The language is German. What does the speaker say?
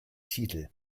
titel